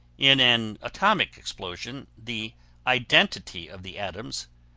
in an atomic explosion the identity of the atoms,